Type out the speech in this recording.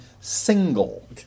single